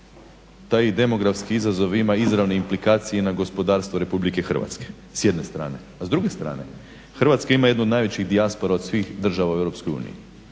Taj demografski izazov ima izravne implikacije na gospodarstvo RH s jedne strane, a s druge strane Hrvatska ima jednu od najveća dijaspora od svih država u EU.